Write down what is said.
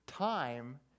Time